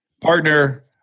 partner